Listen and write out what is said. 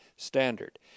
Standard